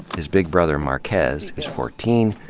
his big brother markez, who's fourteen,